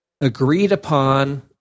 agreed-upon